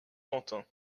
quentin